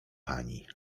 pani